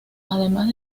además